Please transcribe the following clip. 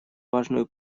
важную